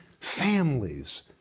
families